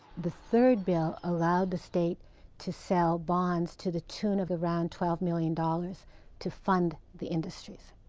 the third bill allowed the state to sell bonds to the tune of around twelve million dollars to fund the industries.